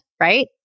right